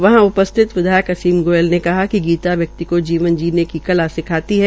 वहां उपस्थित विधायक असीम गोयल ने कहा कि गीता व्यक्ति को जीवन जीने की कला सिखाती है